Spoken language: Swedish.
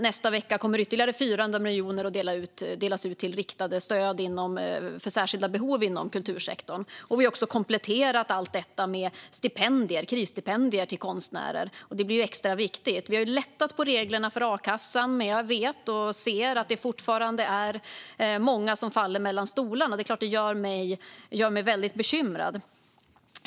Nästa vecka kommer ytterligare 400 miljoner att delas ut i riktade stöd för särskilda behov inom kultursektorn. Vi har också kompletterat allt detta med krisstipendier till konstnärer, vilket blir extra viktigt. Vi har lättat på reglerna för a-kassan. Men jag vet att det fortfarande är många som faller mellan stolarna, och det är klart att det gör mig väldigt bekymrad.